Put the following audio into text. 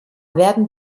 werden